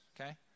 okay